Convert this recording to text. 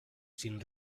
sin